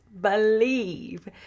believe